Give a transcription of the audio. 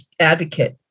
advocate